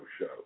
show